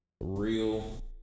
real